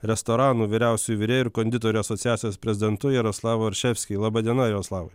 restoranų vyriausiųjų virėjų ir konditerių asociacijos prezidentu jaroslavu orševski laba diena jaroslavai